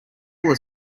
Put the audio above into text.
are